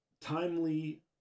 timely